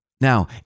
Now